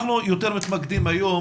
אנחנו יותר מתמקדים היום,